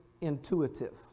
intuitive